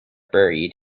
buried